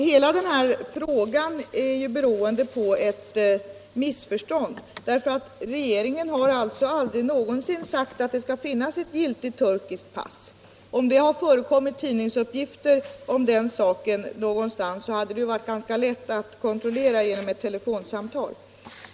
Fru talman! Den fråga som har ställts bygger på ett missförstånd. Regeringen har aldrig sagt att det skall finnas ett giltigt turkiskt pass. Om det har förekommit tidningsuppgifter i den riktningen hade det varit lätt att genom ett telefonsamtal kontrollera riktigheten.